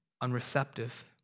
unreceptive